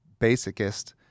basicest